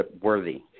worthy